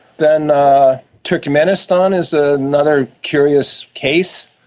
then ah turkmenistan is ah another curious case.